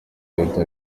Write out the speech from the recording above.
ahita